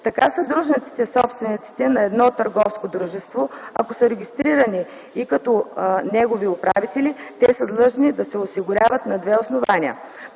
Така съдружниците/собствениците на едно търговско дружество, ако са регистрирани и като негови управители, са длъжни да се осигуряват на две основания: